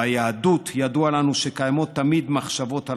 ביהדות ידוע לנו שקיימות תמיד מחשבות על